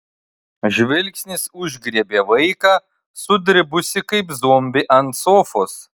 žvilgsnis užgriebė vaiką sudribusį kaip zombį ant sofos